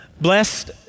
Blessed